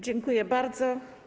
Dziękuję bardzo.